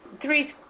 Three